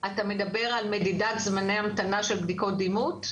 אתה מדבר על מדידת זמני המתנה של בדיקות דימות?